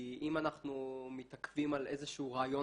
כי אם אנחנו מתעכבים על איזשהו רעיון